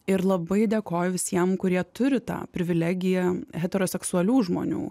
ir labai dėkoju visiem kurie turi tą privilegiją heteroseksualių žmonių